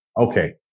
Okay